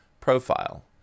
profile